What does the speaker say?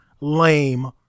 lame